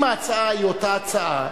אם ההצעה היא אותה הצעה,